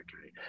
Okay